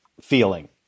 feeling